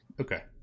Okay